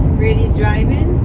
randy's driving.